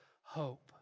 hope